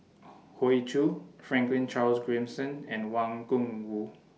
Hoey Choo Franklin Charles Gimson and Wang Gungwu